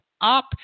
up